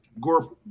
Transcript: Gore